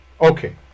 Okay